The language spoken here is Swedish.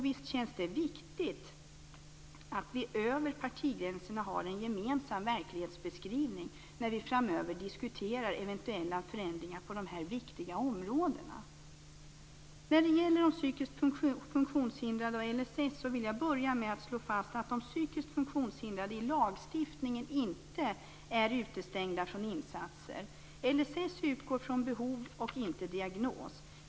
Visst känns det viktigt att vi har en gemensam verklighetsbeskrivning över partigränserna när vi diskuterar eventuella förändringar på dessa viktiga områden framöver. När det gäller de psykiskt funktionshindrade och LSS, vill jag börja med att slå fast att de psykiskt funktionshindrade i lagstiftningen inte är utestängda från insatser. LSS utgår från behov och inte från diagnos.